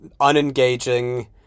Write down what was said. unengaging